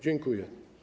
Dziękuję.